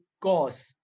cause